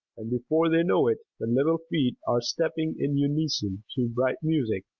and before they know it the little feet are stepping in unison to bright music,